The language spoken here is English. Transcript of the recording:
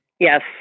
Yes